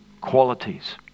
qualities